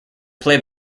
play